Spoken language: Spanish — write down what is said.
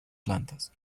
plantas